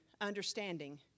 understanding